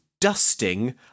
dusting